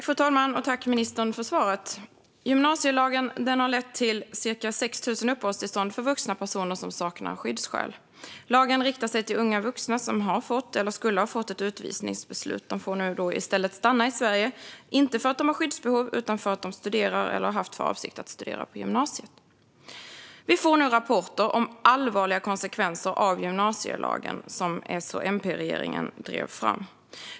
Fru talman! Tack, ministern, för svaret. Gymnasielagen har lett till ca 6 000 uppehållstillstånd för vuxna personer som saknar skyddsskäl. Lagen riktar sig till unga vuxna som har fått, eller skulle ha fått, ett utvisningsbeslut. De får nu i stället stanna i Sverige, inte för att de har skyddsbehov utan för att de studerar eller har haft för avsikt att studera på gymnasiet. Vi får nu rapporter om allvarliga konsekvenser av gymnasielagen, som S och MP-regeringen drev fram.